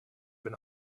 been